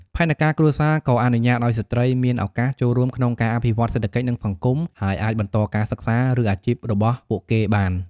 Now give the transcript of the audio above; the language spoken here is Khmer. ផែនការគ្រួសារក៏អនុញ្ញាតឲ្យស្ត្រីមានឱកាសចូលរួមក្នុងការអភិវឌ្ឍសេដ្ឋកិច្ច និងសង្គម ហើយអាចបន្តការសិក្សា ឬអាជីពរបស់ពួកគេបាន។